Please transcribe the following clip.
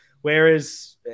Whereas